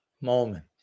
moment